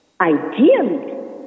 Ideally